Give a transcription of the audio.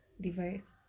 device